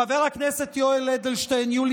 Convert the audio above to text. חבר הכנסת יולי יואל אדלשטיין,